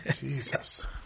Jesus